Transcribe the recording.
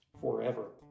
forever